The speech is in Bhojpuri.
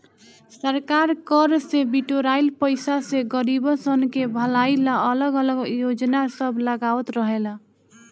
सरकार कर से बिटोराइल पईसा से गरीबसन के भलाई ला अलग अलग योजना सब लगावत रहेला